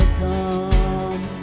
come